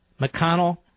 McConnell